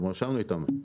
ישבנו איתם.